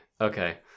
Okay